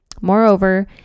Moreover